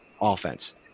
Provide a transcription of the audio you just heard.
offense